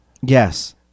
Yes